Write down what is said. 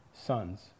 sons